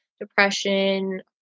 depression